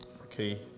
Okay